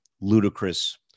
ludicrous